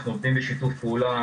אנחנו עובדים בשיתוף פעולה,